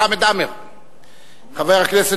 חבר הכנסת